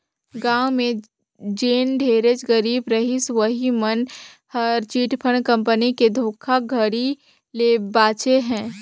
गाँव में जेन ढेरेच गरीब रहिस उहीं मन हर चिटफंड कंपनी के धोखाघड़ी ले बाचे हे